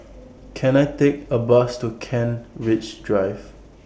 Can I Take A Bus to Kent Ridge Drive